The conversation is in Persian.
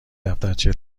دفترچه